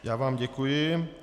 Já vám děkuji.